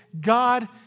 God